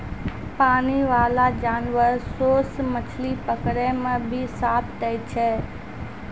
पानी बाला जानवर सोस मछली पकड़ै मे भी साथ दै छै